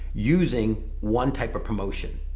using one type of promotion.